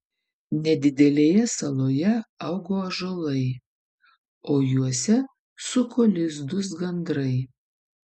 nedidelėje saloje augo ąžuolai o juose suko lizdus gandrai